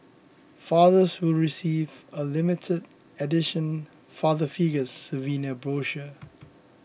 fathers will receive a limited edition Father Figures souvenir brochure